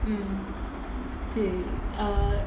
mm சரி:sari err